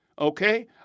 okay